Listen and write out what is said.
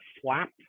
FLAP